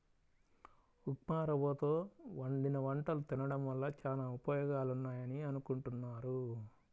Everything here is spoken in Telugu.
ఉప్మారవ్వతో వండిన వంటలు తినడం వల్ల చానా ఉపయోగాలున్నాయని అనుకుంటున్నారు